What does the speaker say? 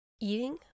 eating